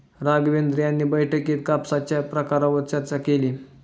राघवेंद्र यांनी बैठकीत कापसाच्या प्रकारांवर चर्चा केली